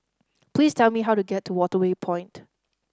please tell me how to get to Waterway Point